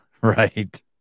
Right